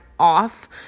off